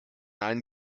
einen